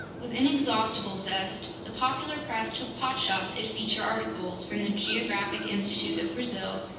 with inexhaustible zest, the popular press took potshots at feature articles from the geographic institute of brazil,